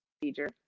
procedure